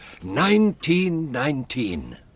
1919